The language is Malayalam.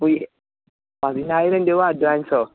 അയ്യോ പതിനായിരം രൂപ അഡ്വാൻസോ